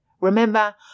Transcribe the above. Remember